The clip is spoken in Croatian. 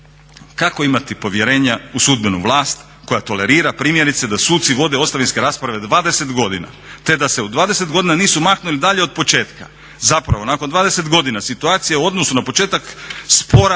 Kako imati povjerenja u sudbenu vlast koja tolerira primjerice da suci vode ostavinske rasprave 20 godina, te da se u 20 godina nisu maknuli dalje od početka. Zapravo, nakon 20 godina situacija je u odnosu na početak spora